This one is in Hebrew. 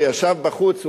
הוא ישב בחוץ,